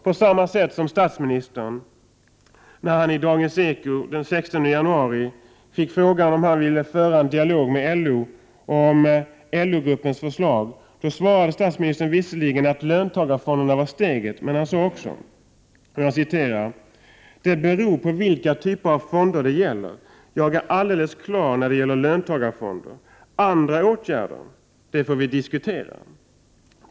På samma sätt var det när statsministern i Dagens Eko den 16 januari fick frågan om han ville föra en dialog med LO om LO-gruppens förslag. Statsministern svarade visserligen att löntagarfonderna var steget, men han sade också att det beror på vilka typer av fonder det gäller. Han var helt klar när det gäller löntagarfonderna. Andra åtgärder får diskuteras.